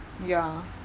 ya